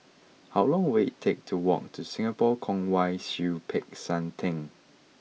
how long will it take to walk to Singapore Kwong Wai Siew Peck San Theng